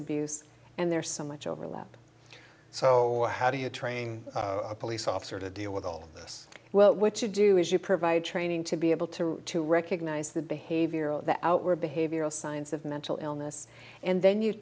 abuse and there's so much overlap so how do you train a police officer to deal with all this well what you do is you provide training to be able to to recognize the behavior of the outward behavioral science of mental illness and then you